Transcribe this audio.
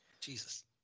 Jesus